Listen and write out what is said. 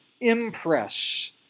impress